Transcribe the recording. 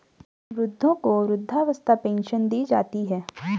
वृद्धों को वृद्धावस्था पेंशन दी जाती है